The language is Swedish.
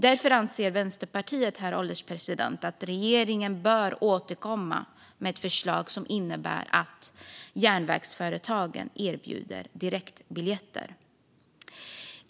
Därför anser Vänsterpartiet, herr ålderspresident, att regeringen bör återkomma med ett förslag som innebär att järnvägsföretagen ska erbjuda direktbiljetter.